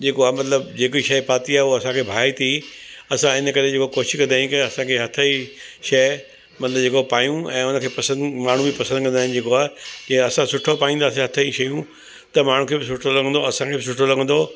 जेको आहे मतिलबु जेकी शइ पाती आहे उह असांखे भाहे थी असां हिन करे जेको कोशिशि कंदा आहियूं की असांखे हथ जी शइ मतिलबु जेको पायूं ऐं उनखे पसंदि माण्हू बि पसंदि कंदा आहिनि जेको आहे की असां सुठो पाईंदासीं हथ जी शयूं त माण्हू खे बि सुठो लॻंदो और असांखे बि सुठो लॻंदो